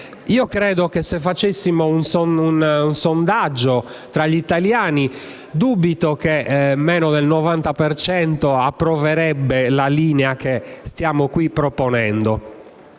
nostra difesa. Se facessimo un sondaggio tra gli italiani, dubito che meno del 90 per cento approverebbe la linea che stiamo qui proponendo,